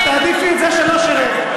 את תעדיפי את זה שלא שירת.